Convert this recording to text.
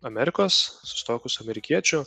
amerikos susituokus su amerikiečiu